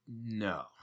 No